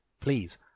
Please